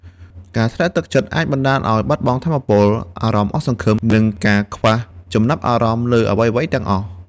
ការធ្លាក់ទឹកចិត្តអាចបណ្តាលឱ្យបាត់បង់ថាមពល អារម្មណ៍អស់សង្ឃឹម និងការខ្វះចំណាប់អារម្មណ៍លើអ្វីៗទាំងអស់។